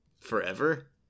forever